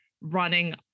running